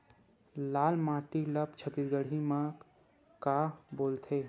लाल माटी ला छत्तीसगढ़ी मा का बोलथे?